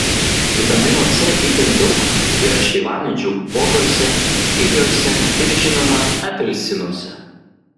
vitamino c itin daug yra šeivamedžių uogose kiviuose ir žinoma apelsinuose